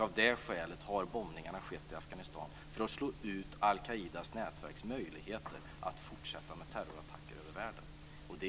Av det skälet har bombningarna skett i Afghanistan för att slå ut al-Qaidas nätverks möjligheter att fortsätta med terrorattacker över världen.